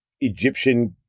Egyptian